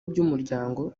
by’umuryango